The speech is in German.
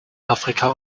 afrika